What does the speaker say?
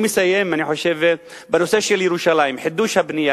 אני מסיים בנושא של ירושלים, חידוש הבנייה.